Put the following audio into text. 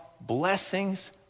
blessings